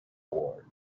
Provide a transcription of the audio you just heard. war